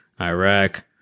Iraq